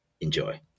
Enjoy